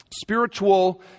spiritual